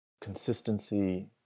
Consistency